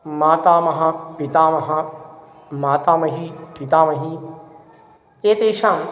मातामहः पितामहः मातामही पितामही एतेषां